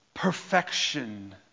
perfection